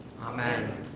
Amen